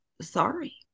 sorry